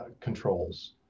controls